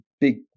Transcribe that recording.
big